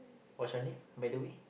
what's your name by the way